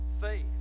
Faith